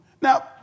Now